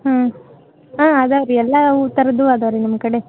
ಹ್ಞೂ ಹಾಂ ಅದಾವೆ ರೀ ಎಲ್ಲ ಹೂ ಥರದ್ದು ಅದಾವೆ ರೀ ನಮ್ಮ ಕಡೆ